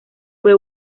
fue